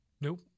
Nope